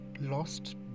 lost